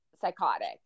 psychotic